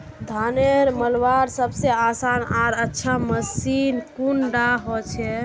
धानेर मलवार सबसे आसान आर अच्छा मशीन कुन डा होचए?